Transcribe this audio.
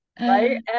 right